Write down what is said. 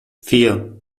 vier